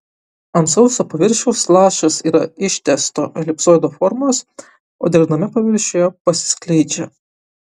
ant sauso paviršiaus lašas yra ištęsto elipsoido formos o drėgname paviršiuje pasiskleidžia